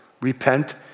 repent